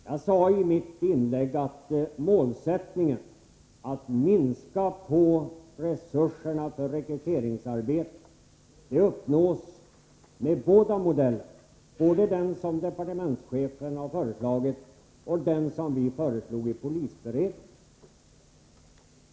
Jag sade i mitt huvudinlägg att målsättningen — att minska resurserna för rekryteringsarbetet — uppnås med båda modellerna, både den som departementschefen har föreslagit och den som vi föreslog i polisberedningen.